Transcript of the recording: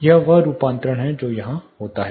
यह वह रूपांतरण है जो यहां होता है